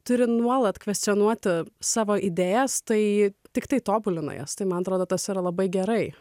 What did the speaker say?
turi nuolat kvestionuoti savo idėjas tai tiktai tobulina jas tai man atrodo tas yra labai gerai